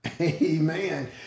Amen